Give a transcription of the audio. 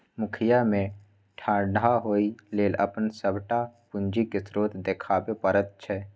मुखिया मे ठाढ़ होए लेल अपन सभटा पूंजीक स्रोत देखाबै पड़ैत छै